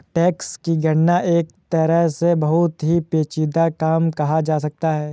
tax की गणना एक तरह से बहुत ही पेचीदा काम कहा जा सकता है